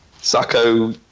Sacco